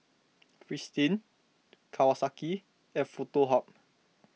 Fristine Kawasaki and Foto Hub